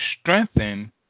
strengthen